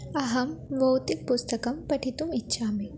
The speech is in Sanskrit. अहं भौतिकपुस्तकं पठितुम् इच्छामि